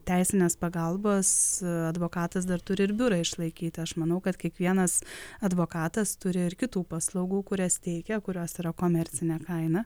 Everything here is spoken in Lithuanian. teisinės pagalbos advokatas dar turi ir biurą išlaikyti aš manau kad kiekvienas advokatas turi ir kitų paslaugų kurias teikia kurios yra komercine kaina